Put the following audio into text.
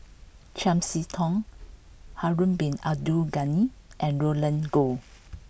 Chiam See Tong Harun bin Abdul Ghani and Roland Goh